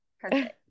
Perfect